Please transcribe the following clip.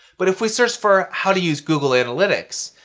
but if we search for how to use google analytics,